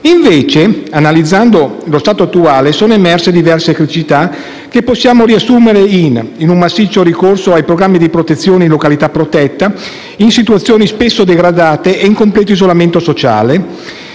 Invece, analizzando lo stato attuale sono emerse diverse criticità che possiamo riassumere in un massiccio ricorso ai programmi di protezione in località protetta, in situazioni spesso degradate e in completo isolamento sociale,